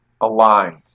aligned